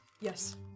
yes